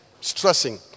stressing